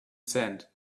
sand